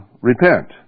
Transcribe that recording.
repent